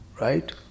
right